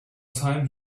time